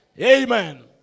Amen